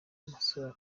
masomo